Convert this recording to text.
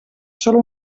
sola